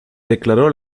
declaró